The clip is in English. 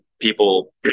people